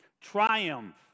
Triumph